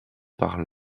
par